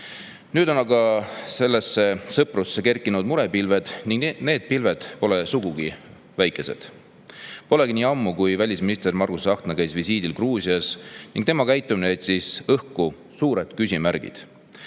on aga selle sõpruse kohale kerkinud murepilved ning need pilved pole sugugi väikesed. Polnudki nii ammu, kui välisminister Margus Tsahkna käis visiidil Gruusias ning tema käitumine jättis õhku suured küsimärgid.